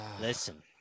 Listen